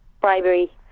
bribery